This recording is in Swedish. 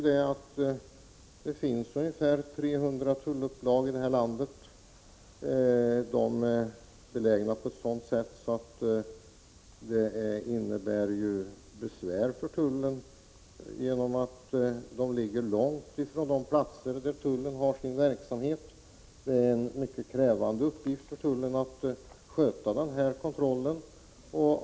Det finns ungefär 300 tullupplag i landet. De ligger långt från de platser där tullen har sin verksamhet. Det är därför en mycket krävande uppgift för tullen att sköta denna kontroll.